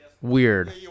weird